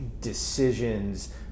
decisions